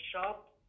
shop